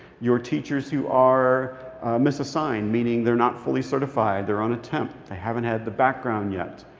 your teachers who are mis-assigned, meaning they're not fully certified, they're on a temp, they haven't had the background yet.